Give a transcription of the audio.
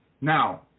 Now